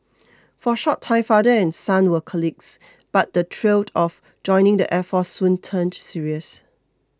for a short time father and son were colleagues but the thrill of joining the air force soon turned serious